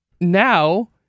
now